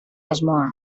asmoa